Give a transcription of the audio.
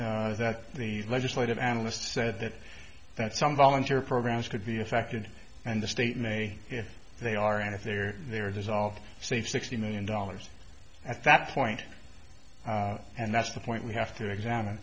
see that the legislative analyst said that that some volunteer programs could be affected and the state may if they are and if they're there there's often save sixty million dollars at that point and that's the point we have to examine